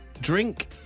Drink